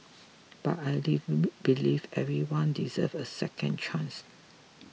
but I leave believe everyone deserves a second chance